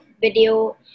video